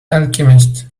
alchemist